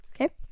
Okay